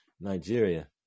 Nigeria